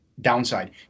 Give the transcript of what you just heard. downside